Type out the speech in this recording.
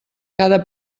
cada